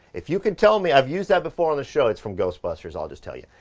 if you can tell me, i've used that before on the show. it's from ghostbusters. i'll just tell you.